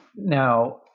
Now